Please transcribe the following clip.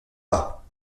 pas